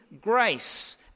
grace